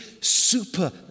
super